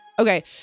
Okay